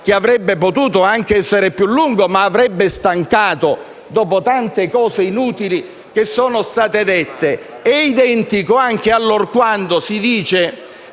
che avrebbe potuto anche essere più lungo, ma che avrebbe stancato, dopo tante cose inutili che sono state dette - in cui si dice